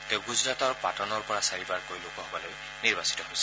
তেওঁ গুজৰাটৰ পাটনৰ পৰা চাৰিবাৰকৈ লোকসভালৈ নিৰ্বাচিত হৈছিল